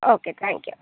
okay thank you